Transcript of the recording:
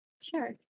sure